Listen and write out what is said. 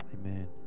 amen